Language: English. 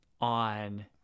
on